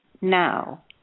now